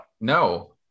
No